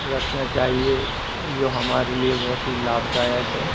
रखना चाहिए जो हमारे लिए बहुत ही लाभदायक है